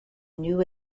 new